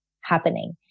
happening